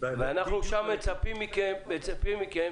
ואנחנו מצפים מכם